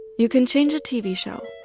you can change a tv show.